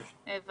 אבל